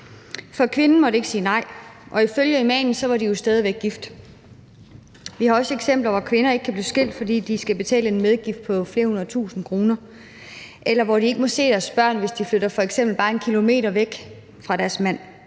For kvinden måtte ikke sige nej, og ifølge imamen var de jo stadig væk gift. Vi har også eksempler, hvor kvinder ikke kan blive skilt, fordi de skal betale en medgift på flere hundredtusinde kroner, eller hvor de ikke må se deres børn, hvis de flytter f.eks. bare en kilometer væk fra deres mand.